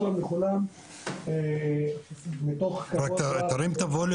שלום לכולם ובוקר טוב לכולם.